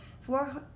four